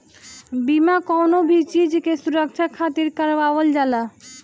बीमा कवनो भी चीज के सुरक्षा खातिर करवावल जाला